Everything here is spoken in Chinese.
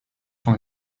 放弃